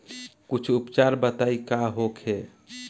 कुछ उपचार बताई का होखे?